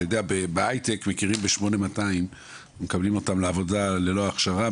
בהייטק מכירים ב-8200 מקבלים אותם לעבודה ללא הכשרה,